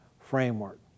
framework